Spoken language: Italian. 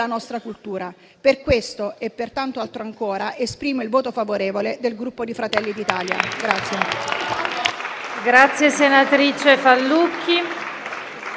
nostra cultura. Per questo e per tanto altro ancora, esprimo il voto favorevole del Gruppo Fratelli d'Italia.